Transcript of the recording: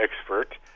expert